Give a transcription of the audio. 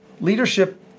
leadership